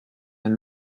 d’un